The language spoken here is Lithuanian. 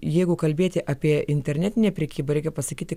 jeigu kalbėti apie internetinę prekybą reikia pasakyti